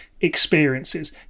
experiences